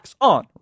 on